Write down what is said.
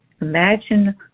Imagine